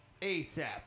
ASAP